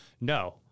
no